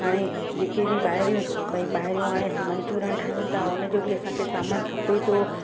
हाणे जके बि ॿाहिरियूं भई ॿाहिरियूं हाणे असां मंचूरियनि ठाहियूं था हुनजो बि असांखे सामानु खपे थो